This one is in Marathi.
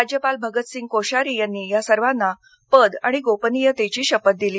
राज्यपाल भगतसिंग कोश्यारी यांनी या सर्वांना पद आणि गोपनीयतेची शपथ दिली